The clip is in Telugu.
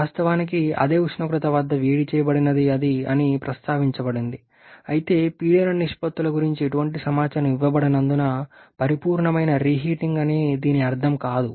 వాస్తవానికి అదే ఉష్ణోగ్రత వద్ద వేడి చేయబడినది అని ప్రస్తావించబడింది అయితే పీడన నిష్పత్తుల గురించి ఎటువంటి సమాచారం ఇవ్వబడనందున పరిపూర్ణమైన రీహీటింగ్ అని దీని అర్థం కాదు